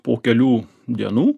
po kelių dienų